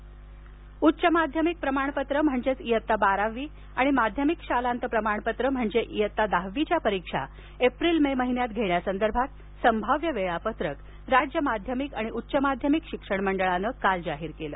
वेळापत्रक बोर्ड पत्रक उच्च माध्यमिक प्रमाणपत्र म्हणजेच इयत्ता बारावी आणि माध्यमिक शालांत प्रमाणपत्र म्हणजे इयत्ता दहावीच्या परीक्षा एप्रिल मे महिन्यात घेण्यासंदर्भात संभाव्य वेळापत्रक राज्य माध्यमिक आणि उच्च माध्यमिक शिक्षण मंडळानं काल जाहीर केलं